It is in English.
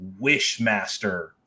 Wishmaster